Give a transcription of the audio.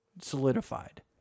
solidified